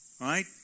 Right